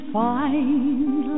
find